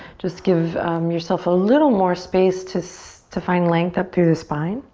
just give yourself a little more space to so to find length up through the spine.